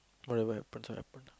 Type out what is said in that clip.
whatever happens it happen